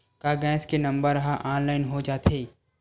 का गैस के नंबर ह ऑनलाइन हो जाथे?